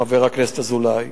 חבר הכנסת אזולאי,